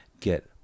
get